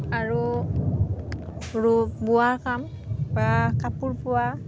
আৰু ৰু বোৱা কাম বা কাপোৰ বোৱা